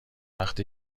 وقتی